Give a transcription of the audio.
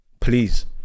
Please